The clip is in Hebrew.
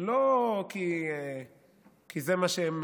לא כי זה מה שהם